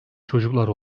çocuklar